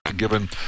Given